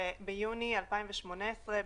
וביוני 2018,